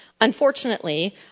Unfortunately